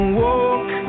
walk